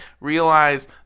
realize